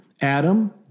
Adam